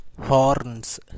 horns